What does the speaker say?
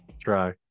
try